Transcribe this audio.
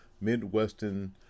Midwestern